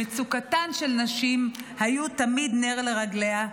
מצוקתן של נשים הייתה תמיד נר לרגליה,